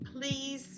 please